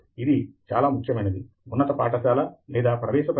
ఇది రెండు భాగాల మధ్య సమన్విత చర్య అదే సృజనాత్మకతకి నిజమైన ఆధారం మీకు ఈ రెండూ అవసరమే